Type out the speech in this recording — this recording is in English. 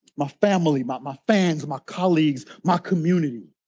my family, my my fans, my colleagues, my community.